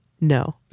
No